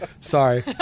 Sorry